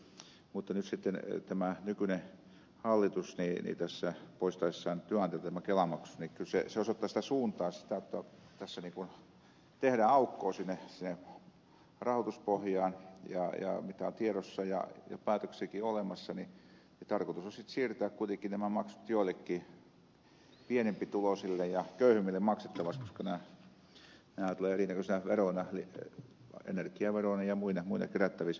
mutta nyt sitten tämä nykyinen hallitus poistaessaan työnantajalta kelamaksun osoittaa sitä suuntaa jotta tässä niin kuin tehdään aukkoa sinne rahoituspohjaan ja mitä on tiedossa ja päätöksiäkin on olemassa tarkoitus on sitten siirtää kuitenkin nämä maksut joillekin pienempituloisille ja köyhemmille maksettaviksi koska nämä tulee erinäköisinä veroina eli energiaverona ja muina kerättäviksi